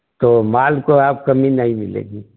तो माल में आप को कमी नहीं मिलेगी